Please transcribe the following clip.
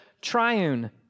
triune